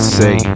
say